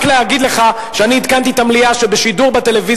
רק לפני שבוע הרגתם שני צעירים.